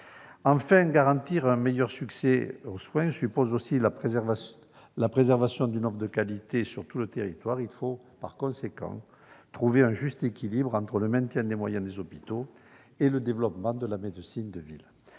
Enfin, garantir un meilleur accès aux soins suppose aussi la préservation d'une offre de qualité sur tout le territoire. Il faut par conséquent trouver un juste équilibre entre le maintien des moyens des hôpitaux et le développement de la médecine de ville.